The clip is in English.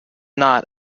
not